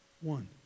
One